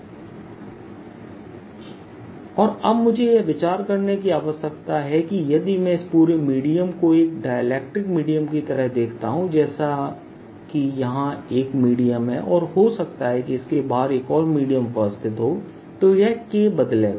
Dfree E DK0E K0 0Kfree और अब मुझे यह विचार करने की आवश्यकता है कि यदि मैं इस पूरे मीडियम को एक डाइलेक्ट्रिक मीडियम की तरह देखता हूं जैसे कि यहां एक मीडियम है और हो सकता है कि इसके बाहर एक और मीडियम उपस्थित हो तो यह K बदलेगा